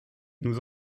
nous